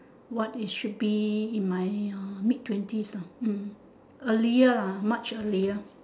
what it should be in my uh mid twenties lah hmm earlier ah much earlier